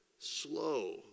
slow